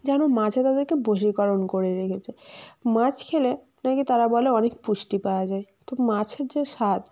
যেন মাছে তাদেরকে বশীকরণ করে রেখেচে মাছ খেলে না কি তারা বলে অনেক পুষ্টি পাওয়া যায় তো মাছের যা স্বাদ